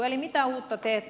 eli mitä uutta teette